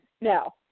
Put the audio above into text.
no